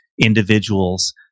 individuals